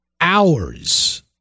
hours